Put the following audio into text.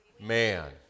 Man